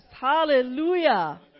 Hallelujah